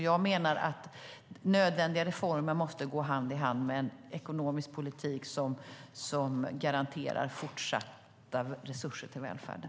Jag menar att nödvändiga reformer måste gå hand i hand med en ekonomisk politik som garanterar fortsatta resurser till välfärden.